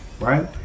Right